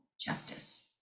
justice